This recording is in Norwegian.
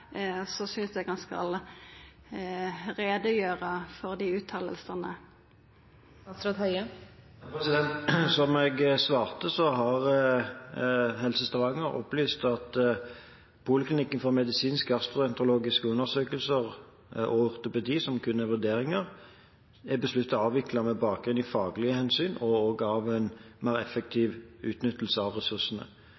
jeg svarte, har Helse Stavanger opplyst at poliklinikken for medisinske gastroenterologiske undersøkelser og ortopedi, som kun er vurderinger, er besluttet avviklet med bakgrunn i faglige hensyn og ut ifra mer effektiv utnytting av ressursene.